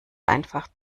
einfach